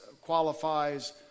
qualifies